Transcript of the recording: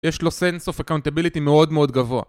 יש לו sense of accountability מאוד מאוד גבוה